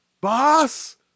boss